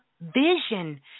vision